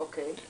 אוקיי.